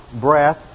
breath